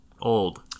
old